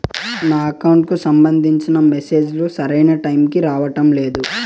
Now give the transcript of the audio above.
నా అకౌంట్ కు సంబంధించిన మెసేజ్ లు సరైన టైము కి రావడం లేదు